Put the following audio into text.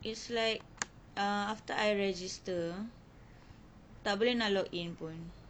it's like uh after I register tak boleh nak log in pun